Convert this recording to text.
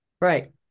right